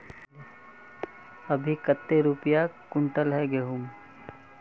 अभी कते रुपया कुंटल है गहुम?